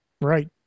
Right